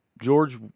George